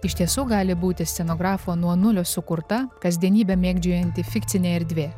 iš tiesų gali būti scenografo nuo nulio sukurta kasdienybę mėgdžiojanti fikcinė erdvė